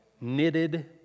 knitted